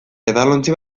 edalontzi